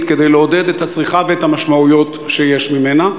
כדי לעודד את הצריכה ואת המשמעויות שיש ממנה?